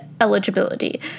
eligibility